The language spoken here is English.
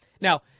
Now